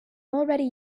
already